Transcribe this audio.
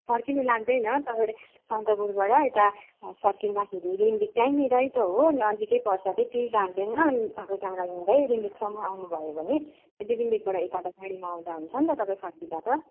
फर्किनु लाग्दैन तपाईँ सन्दकपुबाट यता फर्किँदाखेरि रिम्बिक त्यहीँनेर त हो नजिक पर्छ कि त्यति लाग्दैन अनि त्यहाँबाट हिँढ्दै रिम्बिकसम्म आउनु भयो भने रिम्बिकबाट यता त गाडीमा आउँदा हुन्छ नि त तपाईँ फर्किँदा त